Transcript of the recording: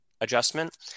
adjustment